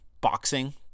boxing